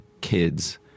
kids